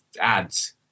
ads